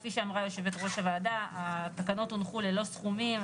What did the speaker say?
כפי שאמרה יושבת ראש הוועדה: התקנות הונחו ללא סכומים.